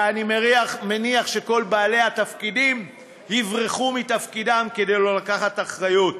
ואני מניח שכל בעלי התפקידים יברחו מתפקידם כדי לא לקחת אחריות.